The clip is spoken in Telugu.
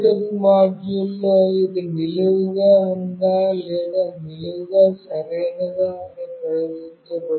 బ్లూటూత్ మాడ్యూల్లో ఇది నిలువుగా ఉందా లేదా నిలువుగా సరైనదా అని ప్రదర్శించబడుతుంది